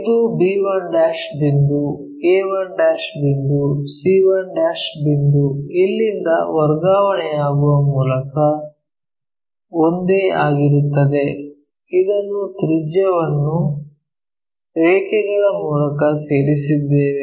ಇದು b1 ಬಿಂದು a1 ಬಿಂದು c1 ಬಿಂದು ಇಲ್ಲಿಂದ ವರ್ಗಾವಣೆಯಾಗುವ ಮೂಲಕ ಒಂದೇ ಆಗಿರುತ್ತದೆ ಇದನ್ನು ತ್ರಿಜ್ಯವನ್ನು ರೇಖೆಗಳ ಮೂಲಕ ಸೇರಿಸಿದ್ದೇವೆ